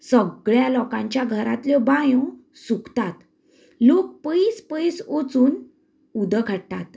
सगळें लोकांचें घरांतल्यो बांयो सुकतात लोक पयस पयस वचून उदक हाडटात